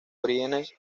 orígenes